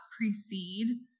precede